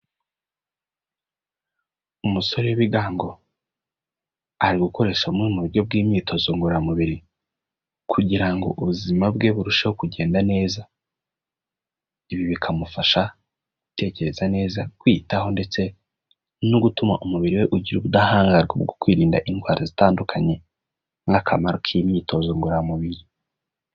Umusore w'ibigango ari gukoresha bumwe mu buryo bw'imyitozo ngororamubiri kugira ubuzima bwe burusheho kugenda neza. Ibi bikamufasha gutekereza neza, kwiyitaho ndetse no gutuma umubiri we ugira ubudahangarwa bwo kwirinda indwara zitandukanye nk'akamaro k'imyitozo ngororamubiri.